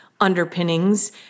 underpinnings